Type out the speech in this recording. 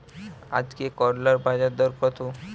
আজকে করলার বাজারদর কত?